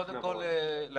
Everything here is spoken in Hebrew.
קודם כל להגיד